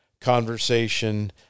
conversation